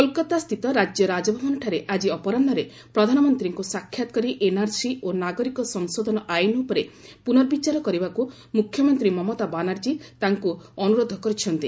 କୋଲକାତା ସ୍ଥିତ ରାଜ୍ୟ ରାଜଭବନଠାରେ ଆକ୍ଟି ଅପରାହ୍ନରେ ପ୍ରଧାନମନ୍ତ୍ରୀଙ୍କୁ ସାକ୍ଷାତ କରି ଏନ୍ଆର୍ସି ଓ ନାଗରିକ ସଂଶୋଧନ ଆଇନ୍ ଉପରେ ପୁନର୍ବିଚାର କରିବାକୁ ମୁଖ୍ୟମନ୍ତ୍ରୀ ମମତା ବାନାର୍ଜୀ ତାଙ୍କୁ ଅନୁରୋଧ କରିଛନ୍ତି